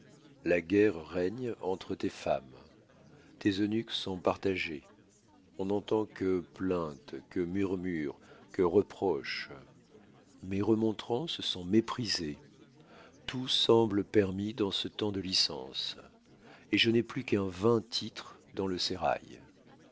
la guerre règne entre tes femmes tes eunuques sont partagés on n'entend que plaintes que murmures que reproches mes remontrances sont méprisées tout semble permis dans ce temps de licence et je n'ai plus qu'un vain titre dans le sérail